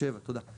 שבע, תודה.